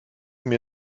mir